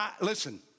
Listen